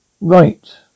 right